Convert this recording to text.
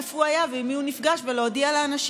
איפה הוא היה ועם מי הוא נפגש ולהודיע לאנשים.